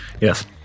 Yes